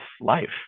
life